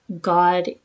God